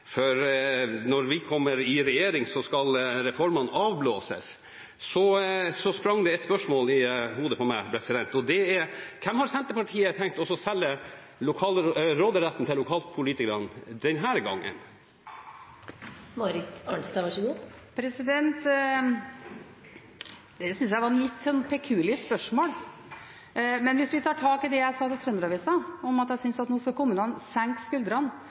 for når de kommer i regjering, skal reformene avblåses, sprang det et spørsmål i hodet mitt, og det var: Hvem har Senterpartiet tenkt å selge lokalpolitikernes råderett til denne gangen? Det synes jeg var et litt «peculiar» spørsmål. Men hvis vi tar tak i det jeg sa til Trønder-Avisa, at jeg synes at kommunene nå skal senke skuldrene,